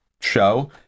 show